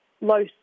low